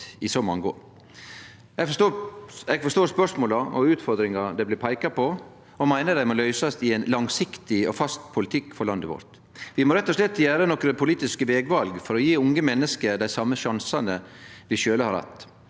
Eg forstår spørsmåla og utfordringane det blir peika på, og meiner dei må løysast i ein langsiktig og fast politikk for landet vårt. Vi må rett og slett gjere nokre politiske vegval for å gje unge menneske dei same sjansane vi sjølve har hatt.